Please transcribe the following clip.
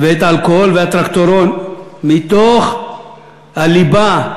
האלכוהול והטרקטורון מתוך הליבה,